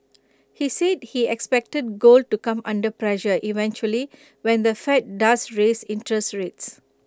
he said he expected gold to come under pressure eventually when the fed does raise interest rates